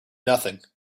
nothing